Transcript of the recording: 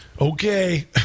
Okay